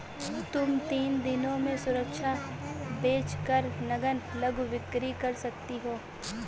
तुम तीन दिनों में सुरक्षा बेच कर नग्न लघु बिक्री कर सकती हो